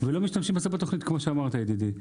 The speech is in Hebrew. ובסוף לא משתמשים בתכנית, כמו שאמרת, ידידי.